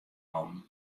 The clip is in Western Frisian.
nommen